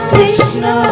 Krishna